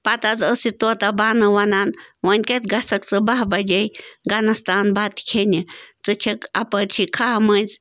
پَتہٕ حظ ٲس یہِ طوطہ بانو وَنان وۄنۍ کَتہِ گژھکھ ژٕ بہہ بَجے گَنَس تان بَتہٕ کھیٚنہِ ژٕ چھکھ اَپٲرۍ چھی کھہہ مٔنٛزۍ